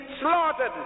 slaughtered